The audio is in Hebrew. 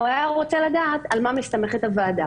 הוא היה רוצה לדעת על מה מסתמכת הוועדה.